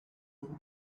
them